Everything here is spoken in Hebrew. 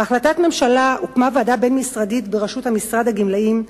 בהחלטת ממשלה הוקמה ועדה בין-משרדית בראשות משרד הגמלאים,